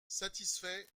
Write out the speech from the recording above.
satisfait